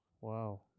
Wow